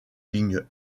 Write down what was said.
ligne